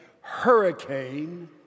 hurricane